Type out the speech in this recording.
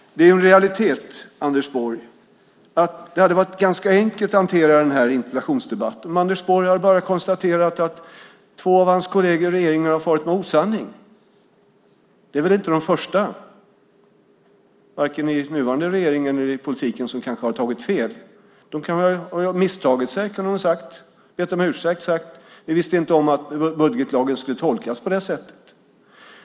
Det är en realitet att det hade varit ganska enkelt att hantera den här interpellationsdebatten om Anders Borg bara hade konstaterat att två av hans kolleger i regeringen har farit med osanning. Det är väl inte de första, varken i nuvarande regering eller i politiken, som kanske har tagit fel. De kan ha misstagit sig, kunde de ha sagt. De kunde ha bett om ursäkt och sagt att de inte visste att budgetlagen skulle tolkas på det sättet.